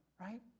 right